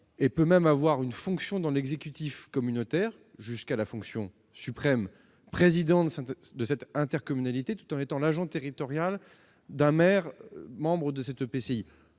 Il peut même exercer une fonction dans l'exécutif communautaire, voire la fonction suprême de président de cette intercommunalité, tout en étant l'agent territorial d'un maire membre de cet EPCI.